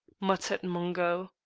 muttered mungo.